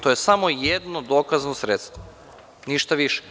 To je samo jedno dokazno sredstvo, ništa više.